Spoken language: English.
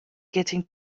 getting